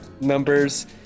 numbers